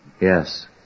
Yes